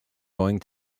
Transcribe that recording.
going